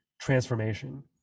transformation